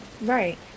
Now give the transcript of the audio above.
Right